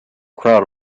crowd